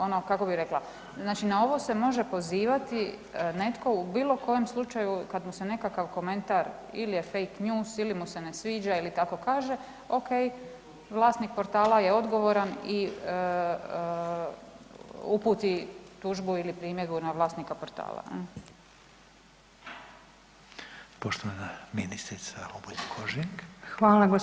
Ono, kako bi rekla, znači na ovo se može pozivati netko u bilo kojem slučaju kad mu se nekakav komentar, ili je fake news ili mu se ne sviđa ili tako kaže, okej, vlasnik portala je odgovoran i uputi tužbu ili primjedbu na vlasnika portala, je li?